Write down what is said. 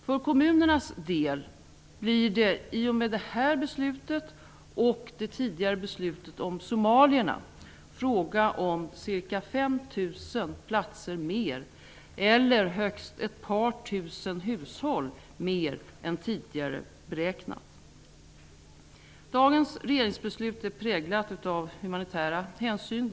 För kommunernas del blir det i och med det här beslutet och det tidigare beslutet om somalierna fråga om ca 5 000 platser eller högst ett par tusen hushåll mer än vad som tidigare har beräknats. Dagens regeringsbeslut är präglat av humanitära hänsyn.